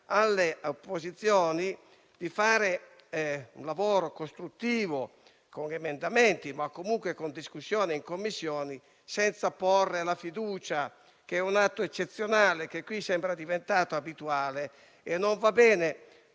alle opposizioni di fare un lavoro costruttivo con emendamenti e con una discussione nelle Commissioni senza porre la fiducia, che è un atto eccezionale, ma che qui sembra diventato abituale. Non va bene